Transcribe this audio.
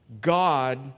God